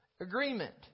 Agreement